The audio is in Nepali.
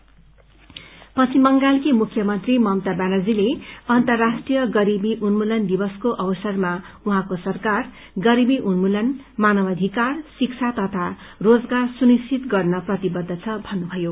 पोमर्टी पश्चिम बंगालकी मुख्यमन्त्री ममता ब्यानर्जीले अन्तर्राष्ट्रीय गरीबी उन्मूलन दिवसको अवसरमा उहाँको सरकार गरीबी उन्मूलन मनावाधिकार शिक्षा तथा रोजगार सुनिश्चित गर्न प्रतिबद्ध छ भन्नुभयो